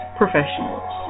professionals